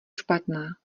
špatná